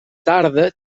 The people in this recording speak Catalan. tarda